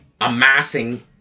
amassing